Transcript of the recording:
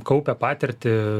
kaupia patirtį